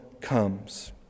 comes